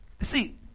see